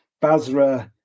Basra